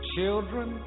Children